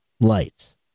lights